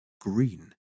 green